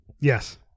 Yes